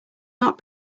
not